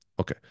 Okay